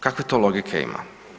Kakve to logike ima?